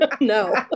No